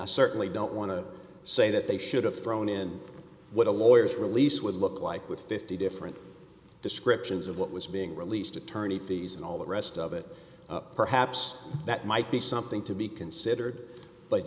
i certainly don't want to say that they should have thrown in what a lawyers release would look like with fifty different descriptions of what was being released attorney fees and all the rest of it perhaps that might be something to be considered